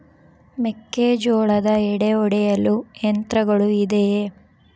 ಮೆಕ್ಕೆಜೋಳದ ಎಡೆ ಒಡೆಯಲು ಯಂತ್ರಗಳು ಇದೆಯೆ?